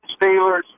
Steelers